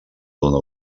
donar